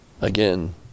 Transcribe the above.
Again